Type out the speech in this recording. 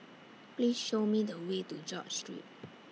Please Show Me The Way to George Street